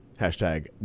Hashtag